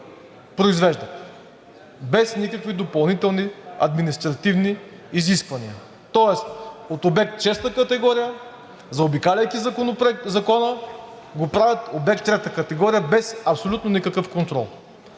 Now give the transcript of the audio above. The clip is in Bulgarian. произвеждат, без никакви допълнителни административни изисквания, тоест от обект шеста категория, заобикаляйки Закона, го правят обект трета категория без абсолютно никакъв контрол.